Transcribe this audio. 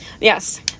Yes